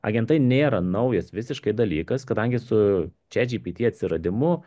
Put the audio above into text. agentai nėra naujas visiškai dalykas kadangi su chat gpt atsiradimu